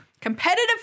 Competitive